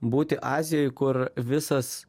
būti azijoj kur visas